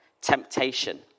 temptation